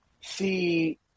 see